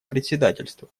председательства